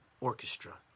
orchestra